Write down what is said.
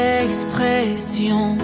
expression